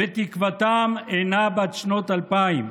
ותקוותם אינה בת שנות אלפיים,